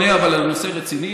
אבל אני עונה על נושא רציני,